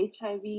HIV